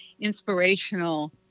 inspirational